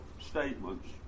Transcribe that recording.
statements